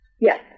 Yes